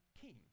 king